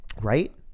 Right